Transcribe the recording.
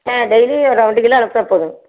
ஆ daily ஒரு ரெண்டு kilo அனுப்பிச்சா போதும்